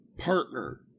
partner